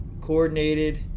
coordinated